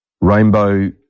rainbow